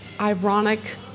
ironic